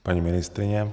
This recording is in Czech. Paní ministryně?